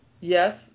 yes